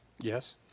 Yes